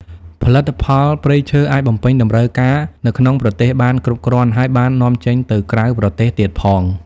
ផលិផលព្រៃឈើអាចបំពេញតម្រូវការនៅក្នុងប្រទេសបានគ្រប់គ្រាន់ ហើយបាននាំចេញទៅក្រៅប្រទេសទៀតផង។